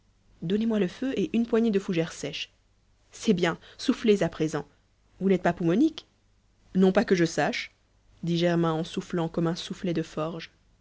donnez-moi le feu et une poignée de fougère sèche c'est bien soufflez à présent vous n'êtes pas poumonique non pas que je sache dit germain en soufflant comme un soufflet de forge